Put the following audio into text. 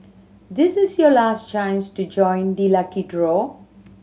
this is your last chance to join the lucky draw